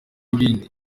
ibindi